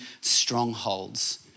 strongholds